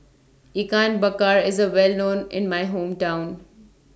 Ikan Bakar IS Well known in My Hometown